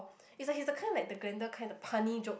it's like he's the kind like the grander kind the punny joke